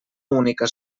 única